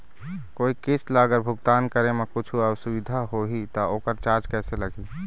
कोई किस्त ला अगर भुगतान करे म कुछू असुविधा होही त ओकर चार्ज कैसे लगी?